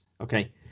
Okay